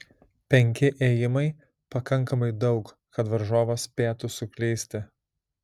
penki ėjimai pakankamai daug kad varžovas spėtų suklysti